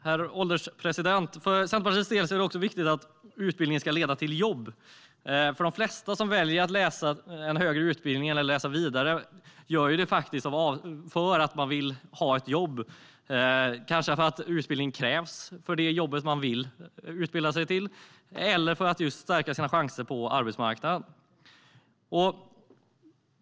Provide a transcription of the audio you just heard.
Herr ålderspresident! För Centerpartiet är det viktigt att utbildning leder till jobb. De flesta som väljer att läsa vidare på högre utbildning gör det för att de vill ha ett jobb, för att utbildning kanske krävs för det jobb de vill utbilda sig till eller för att stärka sina chanser på arbetsmarknaden.